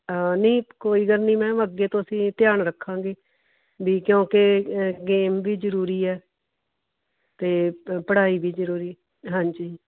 ਨਹੀਂ ਕੋਈ ਗੱਲ ਨਹੀਂ ਮੈਮ ਅੱਗੇ ਤੋਂ ਅਸੀਂ ਧਿਆਨ ਰੱਖਾਂਗੇ ਵੀ ਕਿਉਂਕਿ ਗੇਮ ਵੀ ਜ਼ਰੂਰੀ ਹੈ ਅਤੇ ਪ ਪੜ੍ਹਾਈ ਵੀ ਜ਼ਰੂਰੀ ਹਾਂਜੀ